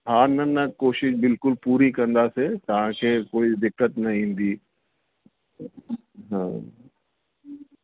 हा न न कोशिश बिल्कुलु पूरी कंदासीं तव्हांखे कोई दिक़त न ईंदी हा